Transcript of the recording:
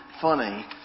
funny